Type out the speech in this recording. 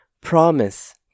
promise